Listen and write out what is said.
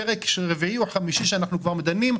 פרק רביעי או חמישה שאנחנו דנים,